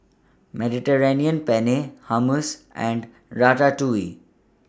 Mediterranean Penne Hummus and Ratatouille